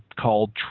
called